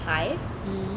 high